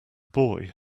boy